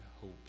hope